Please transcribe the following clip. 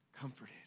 comforted